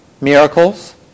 Miracles